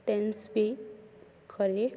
ବି ଖଲି